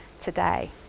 today